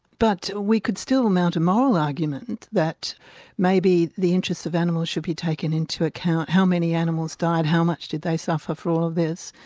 but we could still mount a moral argument that maybe the interests of animals should be taken into account how many animals died, how much did they suffer for all of this,